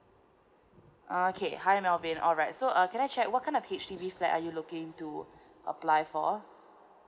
okay hi melvin alright so uh can I check what kind of H_D_B flat are you looking to apply for